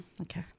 Okay